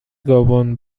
گابن